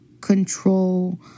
control